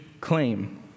claim